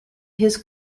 his